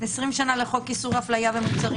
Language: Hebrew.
20 שנה לחוק איסור הפליה במוצרים,